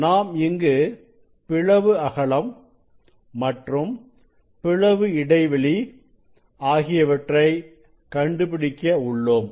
நாம் இங்கு பிளவு அகலம் மற்றும் பிளவு இடைவெளி ஆகியவற்றை கண்டுபிடிக்க உள்ளோம்